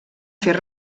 fer